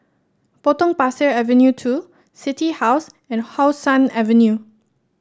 Potong Pasir Avenue two City House and How Sun Avenue